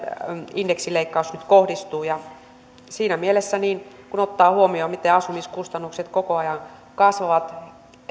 indeksileikkaus nyt kohdistuu siinä mielessä kun ottaa huomioon miten asumiskustannukset koko ajan kasvavat